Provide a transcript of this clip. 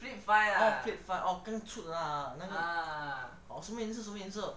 oh flip five oh 刚出的 lah oh 什么颜色什么颜色